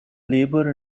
labour